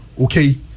okay